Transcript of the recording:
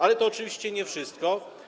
Ale to oczywiście nie wszystko.